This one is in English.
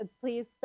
please